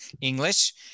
English